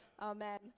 Amen